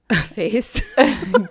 face